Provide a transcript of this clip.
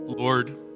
Lord